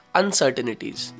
uncertainties